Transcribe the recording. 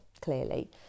clearly